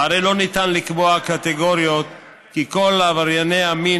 והרי לא ניתן לקבוע קטגורית כי כל עברייני המין